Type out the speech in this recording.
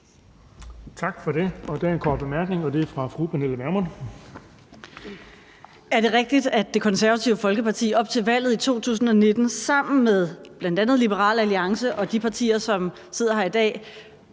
Tak for det. Der er en kort bemærkning, og det er fra fru Pernille Vermund. Kl. 11:26 Pernille Vermund (NB): Er det rigtigt, at Det Konservative Folkeparti op til valget i 2019 sammen med bl.a. Liberal Alliance og de partier, som sidder her i dag,